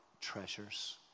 treasures